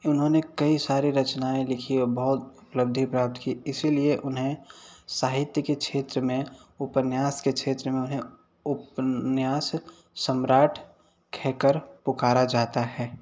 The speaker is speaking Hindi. उन्होंने कई सारी रचनाएँ लिखी और बहुत उपलब्धि प्राप्त की इसलिए उन्हें साहित्य के क्षेत्र में उपन्यास के क्षेत्र में उपन्यास सम्राट कह कर पुकारा जाता है